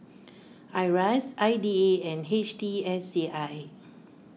Iras I D A and H T S C I